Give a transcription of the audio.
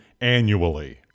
annually